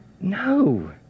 No